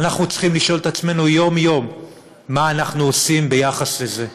ואנחנו צריכים לשאול את עצמנו יום-יום מה אנחנו עושים ביחס לזה,